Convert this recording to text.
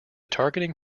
targeting